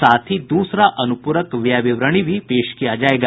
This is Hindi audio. साथ ही दूसरा अनुपूरक व्यय विवरणी भी पेश किया जायेगा